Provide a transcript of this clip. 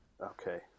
Okay